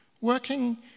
working